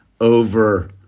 over